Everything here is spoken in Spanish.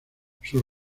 sus